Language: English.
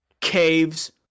caves